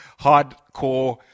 hardcore